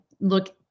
look